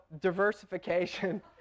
diversification